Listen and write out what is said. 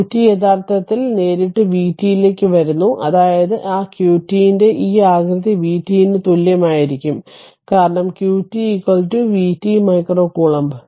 അതിനാൽ qt യഥാർത്ഥത്തിൽ r നേരിട്ട് vt ലേക്ക് വരുന്നു അതായത് ആ qt ന്റെ ഈ ആകൃതി vt ന് തുല്യമായിരിക്കുംകാരണം qt vt മൈക്രോ കൂലംബ്